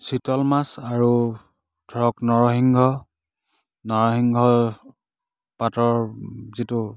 চিতল মাছ আৰু ধৰক নৰসিংহ নৰসিংহ পাতৰ যিটো